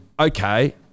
okay